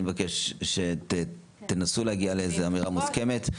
אני מבקשת שתנסו להגיע לאיזו אמירה מוסכמת.